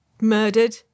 murdered